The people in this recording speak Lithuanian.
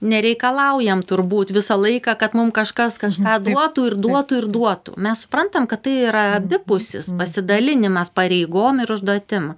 nereikalaujam turbūt visą laiką kad mum kažkas kažką duotų ir duotų ir duotų mes suprantam kad tai yra abipusis pasidalinimas pareigom ir užduotim